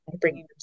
bringing